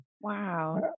Wow